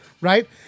Right